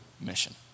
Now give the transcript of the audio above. mission